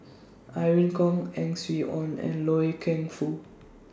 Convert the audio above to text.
Irene Khong Ang Swee Aun and Loy Keng Foo